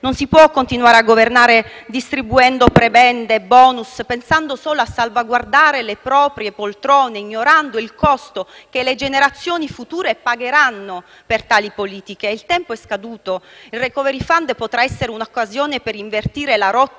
Non si può continuare a governare distribuendo prebende e *bonus*, pensando solo a salvaguardare le proprie poltrone e ignorando il costo che le generazioni future pagheranno per tali politiche. Il tempo è scaduto. Il *recovery fund* potrà essere un'occasione per invertire la rotta,